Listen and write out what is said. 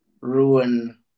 ruin